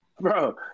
Bro